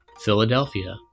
Philadelphia